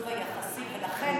זה בראשית דבריי.